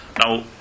Now